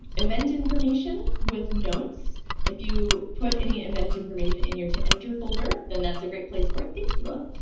event information with notes if you put in invented information in your to enter folder then that's a great place for it. thanks for the